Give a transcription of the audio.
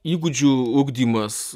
įgūdžių ugdymas